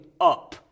up